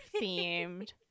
themed